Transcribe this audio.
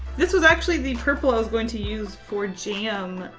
this was actually the purple i was going to use for jam, ah,